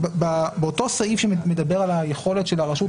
באותו סעיף שמדבר על היכולת של הרשות